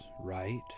right